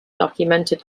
documented